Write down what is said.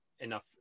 enough